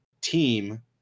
team